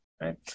right